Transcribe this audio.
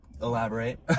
Elaborate